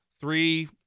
three –